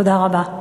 תודה רבה.